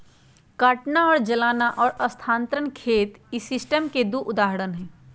काटना और जलाना और स्थानांतरण खेत इस सिस्टम के दु उदाहरण हई